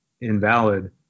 invalid